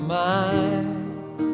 mind